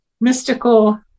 mystical